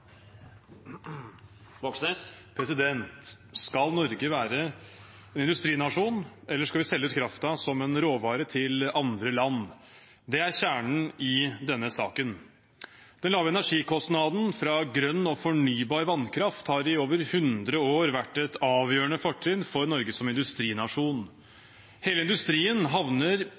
Skal Norge være en industrinasjon, eller skal vi selge ut kraften som en råvare til andre land? Det er kjernen i denne saken. Den lave energikostnaden fra grønn og fornybar vannkraft har i over 100 år vært et avgjørende fortrinn for Norge som industrinasjon. Hele industrien havner